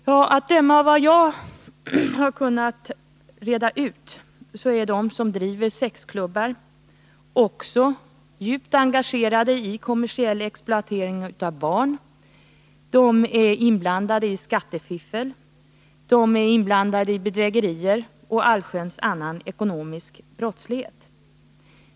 Ja, att döma av vad jag har kunnat finna ut är de som driver sexklubbar också djupt engagerade i kommersiell exploatering av barn, de är inblandade i skattefiffel, bedrägerier och allsköns annan ekonomisk brottslighet.